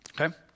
Okay